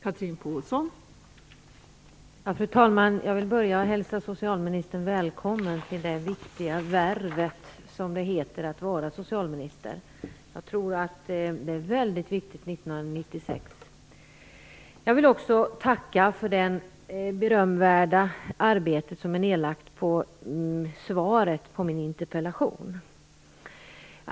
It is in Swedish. Fru talman! Jag vill börja med att hälsa socialministern välkommen till det viktiga värvet att vara socialminister. Jag tror att det är väldigt viktigt 1996. Jag vill också tacka för det berömvärda arbete som är nedlagt på svaret på min interpellation.